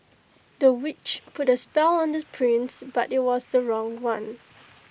the witch put A spell on the prince but IT was the wrong one